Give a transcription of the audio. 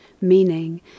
meaning